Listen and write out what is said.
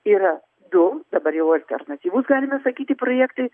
yra du dabar jau alternatyvus galime sakyti projektai